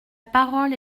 parole